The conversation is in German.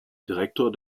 direktor